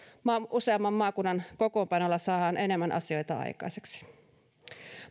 useamman maakunnan kokoonpanolla saadaan enemmän asioita aikaiseksi